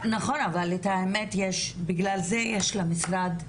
נכון, אבל את האמת, בגלל זה יש למשרד,